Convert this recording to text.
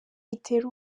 itera